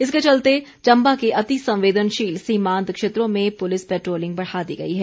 इसके चलते चम्बा के अति संवेदनशील सीमांत क्षेत्रों में पुलिस पैट्रोलिंग बढ़ा दी गई है